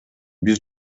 биз